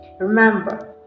Remember